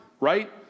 right